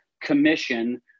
commission